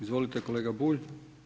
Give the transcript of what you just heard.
Izvolite kolega Bulj.